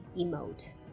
emote